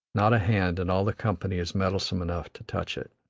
not a hand in all the company is meddlesome enough to touch it.